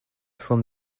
from